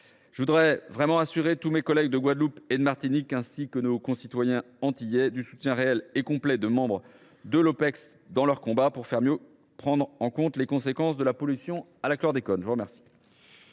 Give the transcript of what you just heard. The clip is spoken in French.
Je voudrais vraiment assurer tous mes collègues de Guadeloupe et de Martinique, ainsi que nos concitoyens antillais, du soutien réel et complet que les membres de l’Opecst apportent à leur combat pour faire mieux prendre en compte les conséquences de la pollution au chlordécone. La parole